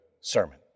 sermon